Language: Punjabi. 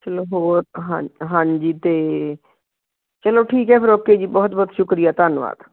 ਚਲੋ ਹੋਰ ਹਾਂ ਹਾਂਜੀ ਅਤੇ ਚਲੋ ਠੀਕ ਹੈ ਫਿਰ ਓਕੇ ਜੀ ਬਹੁਤ ਬਹੁਤ ਸ਼ੁਕਰੀਆ ਧੰਨਵਾਦ